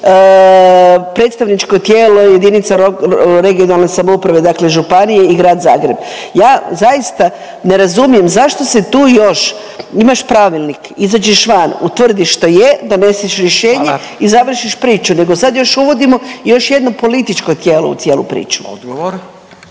predstavničko tijelo jedinica regionalne samouprave, dakle županije i Grad Zagreb. Ja zaista ne razumijem zašto se tu još, imaš pravilnik, izađeš van, utvrdiš što je, doneseš rješenje … .../Upadica: Hvala./... … i završiš priču nego sad još uvodimo još jedno političko tijelo u cijelu priču.